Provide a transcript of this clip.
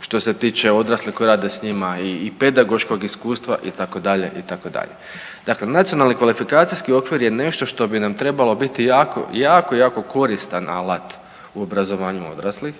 što se tiče odraslih koji rade s njima i pedagoškog iskustva itd., itd. Dakle, Nacionalni kvalifikacijski okvir je nešto što bi nam trebalo biti jako, jako koristan alat u obrazovanju odraslih